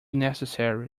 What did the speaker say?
necessary